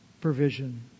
provision